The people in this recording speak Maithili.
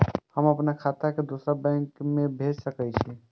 हम आपन खाता के दोसर बैंक में भेज सके छी?